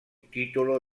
titolo